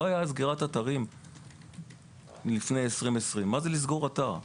הייתה סגירת אתרים לפני שנת 2020. מה זה לסגור אתר?